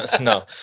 No